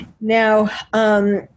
Now